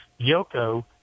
Yoko